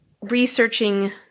researching